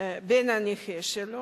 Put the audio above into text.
הבן הנכה שלו,